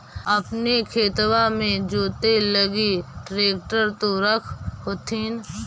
अपने खेतबा मे जोते लगी ट्रेक्टर तो रख होथिन?